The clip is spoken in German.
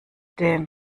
den